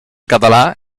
català